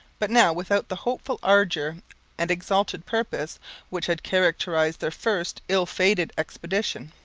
but now without the hopeful ardour and exalted purpose which had characterized their first ill-fated expedition.